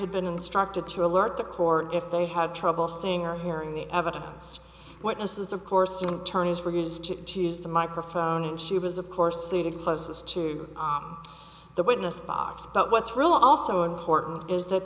had been instructed to alert the court if they had trouble seeing or hearing the evidence witnesses of course in turn as were used to choose the microphone and she was of course seated closest to the witness box but what's really also important is that